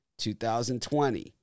2020